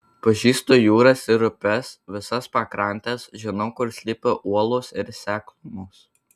pažįstu jūras ir upes visas pakrantes žinau kur slypi uolos ir seklumos